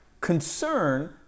concern